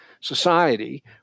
society